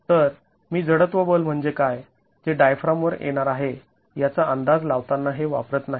तर मी जडत्व बल म्हणजे काय जे डायफ्राम वर येणार आहे याचा अंदाज लावताना हे वापरत नाही